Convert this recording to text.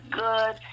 good